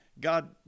God